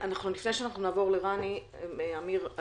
לפני שנעבור לרני עמיר,